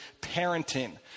parenting